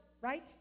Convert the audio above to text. right